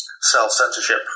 self-censorship